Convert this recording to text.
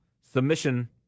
submission